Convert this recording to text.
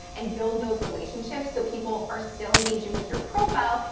and build those relationships, so people are still engaging with your profile,